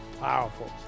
powerful